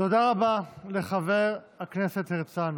תודה רבה לחבר הכנסת הרצנו.